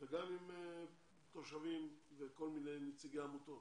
וגם עם תושבים ונציגי עמותות.